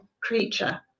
creature